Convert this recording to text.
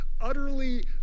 utterly